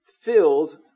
filled